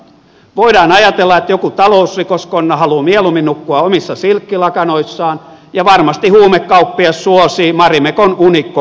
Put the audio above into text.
voidaan ajatella että joku talousrikoskonna haluaa mieluummin nukkua omissa silkkilakanoissaan ja varmasti huumekauppias suosii marimekon unikko kuosia